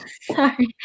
Sorry